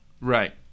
Right